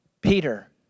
Peter